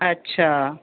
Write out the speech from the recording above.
अच्छा